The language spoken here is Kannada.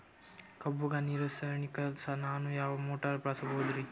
ಕಬ್ಬುಗ ನೀರುಣಿಸಲಕ ನಾನು ಯಾವ ಮೋಟಾರ್ ಬಳಸಬಹುದರಿ?